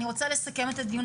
אני רוצה לסכם את הדיון.